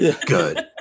good